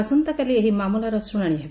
ଆସନ୍ତାକାଲି ଏହି ମାମଲାର ଶ୍ରୁଶାଶି ହେବ